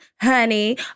honey